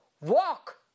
walk